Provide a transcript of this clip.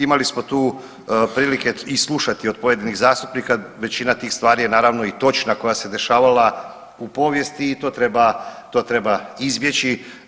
Imali smo tu prilike i slušati od pojedinih zastupnika, većina tih stvari je naravno i točna koja se dešavala u povijesti i to treba izbjeći.